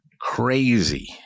crazy